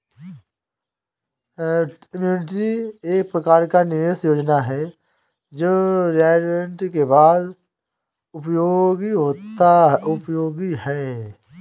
annuity एक प्रकार का निवेश योजना है जो रिटायरमेंट के बाद उपयोगी है